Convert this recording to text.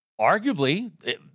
arguably